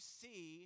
see